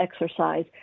exercise